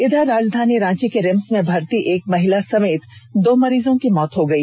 इधर राजधानी रांची के रिम्स में भर्ती एक महिला समेत दो मरीजों की मौत हो गई